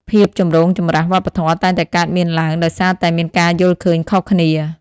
ភាពចម្រូងចម្រាសវប្បធម៌តែងតែកើតមានឡើងដោយសារតែមានការយល់ឃើញខុសគ្នា។